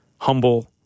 humble